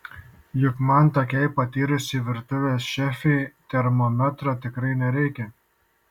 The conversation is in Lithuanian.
juk man tokiai patyrusiai virtuvės šefei termometro tikrai nereikia